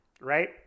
right